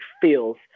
feels